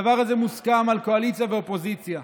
הדבר הזה מוסכם על קואליציה ואופוזיציה.